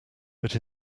but